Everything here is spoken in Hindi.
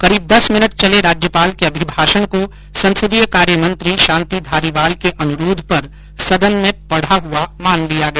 करीब दस मिनट चले राज्यपाल के अभिभाषण को संसदीय कार्यमंत्री शांति धारीवाल के अनुरोध पर सदन में पढ़ा हआ मान लिया गया